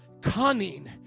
cunning